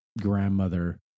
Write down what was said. grandmother